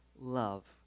love